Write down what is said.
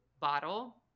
bottle